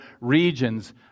regions